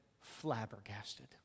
flabbergasted